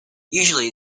usually